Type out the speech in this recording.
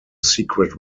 secret